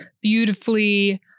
beautifully